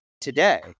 today